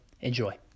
Enjoy